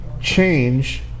change